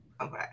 Okay